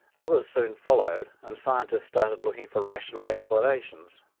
others soon followed and scientists started looking for rational explanations.